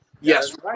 Yes